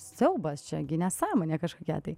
siaubas čia gi nesąmonė kažkokia tai